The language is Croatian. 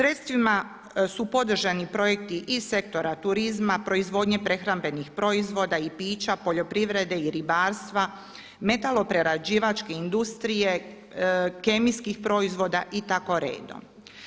Sredstvima su podržani projekti iz sektora turizma, proizvodnje prehrambenih proizvoda i pića, poljoprivrede i ribarstva, metaloprerađivačke industrije, kemijskih proizvoda i tako redom.